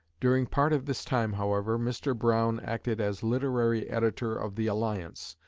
during part of this time, however, mr. browne acted as literary editor of the alliance,